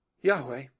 Yahweh